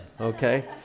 okay